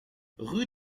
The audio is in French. rue